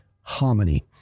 harmony